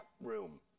room